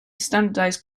standardized